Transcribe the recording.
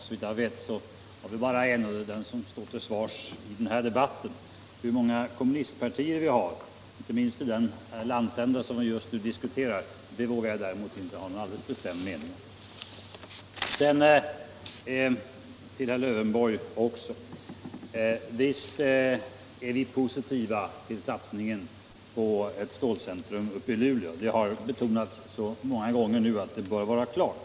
Såvitt jag vet har vi bara en, och det är den som står till svars nu. Hur många kommunistpartier vi har, t.ex. i den landsända som vi just nu diskuterar, vågar jag däremot inte ha någon alldeles bestämd mening om. Visst ställer vi oss positiva, herr Lövenborg, till satsningen på ett stålcentrum i Luleå. Det har betonats så många gånger nu att det bör vara klart.